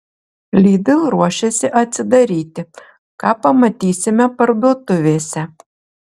lidl ruošiasi atsidaryti ką pamatysime parduotuvėse